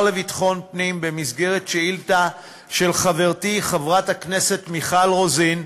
לביטחון הפנים במסגרת שאילתה של חברתי חברת הכנסת מיכל רוזין,